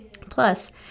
Plus